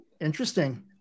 Interesting